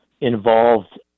involved